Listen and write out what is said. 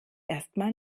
erstmal